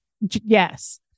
yes